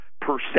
percent